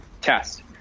test